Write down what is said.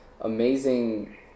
amazing